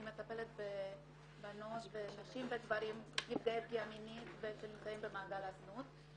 אני מטפלת בבנות ונשים וגברים נפגעי פגיעה מינית ושנמצאים במעגל הזנות.